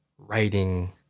writing